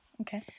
Okay